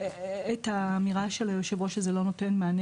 אני אולי אתחיל מזה שנתנו כבר את התשובות שלנו בקשר לבקשות מהמאגר,